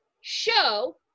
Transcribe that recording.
Show